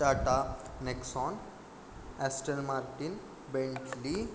Tata Nexon Aston Martin Bentley